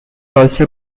also